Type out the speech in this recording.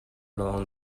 lawng